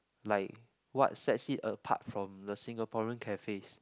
like what sets it apart from the Singaporean cafes